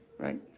Right